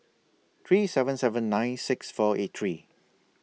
three seven seven nine six four eight three